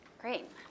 Great